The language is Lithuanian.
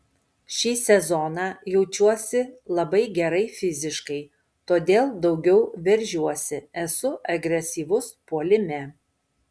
šį sezoną jaučiuosi labai gerai fiziškai todėl daugiau veržiuosi esu agresyvus puolime